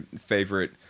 favorite